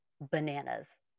bananas